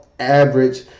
Average